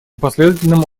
последовательным